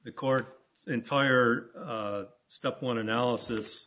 the court entire step one analysis